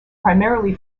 primarily